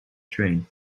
train